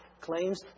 claims